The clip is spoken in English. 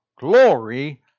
Glory